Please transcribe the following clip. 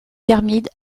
termine